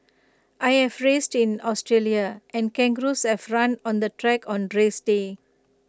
I have raced in Australia and kangaroos have run on the track on race day